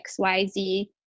xyz